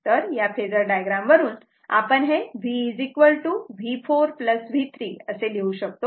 तर या phasor diagram वरून आपण हे V V4 V3 असे लिहू शकतो